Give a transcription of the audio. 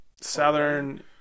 southern